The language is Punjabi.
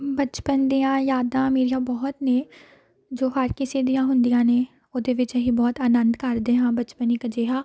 ਬਚਪਨ ਦੀਆਂ ਯਾਦਾਂ ਮੇਰੀਆਂ ਬਹੁਤ ਨੇ ਜੋ ਹਰ ਕਿਸੇ ਦੀਆਂ ਹੁੰਦੀਆਂ ਨੇ ਉਹਦੇ ਵਿੱਚ ਅਸੀਂ ਬਹੁਤ ਆਨੰਦ ਕਰਦੇ ਹਾਂ ਬਚਪਨ ਇੱਕ ਅਜਿਹਾ